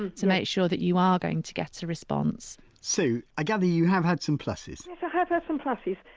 and to make sure that you are going to get a response sue, i gather you have had some plusses? yes i have had some plusses.